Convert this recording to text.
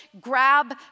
grab